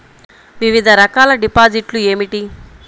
వివిధ రకాల డిపాజిట్లు ఏమిటీ?